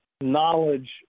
knowledge